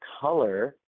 color